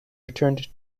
returned